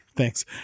Thanks